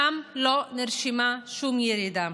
ששם לא נרשמה שום ירידה.